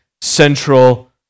central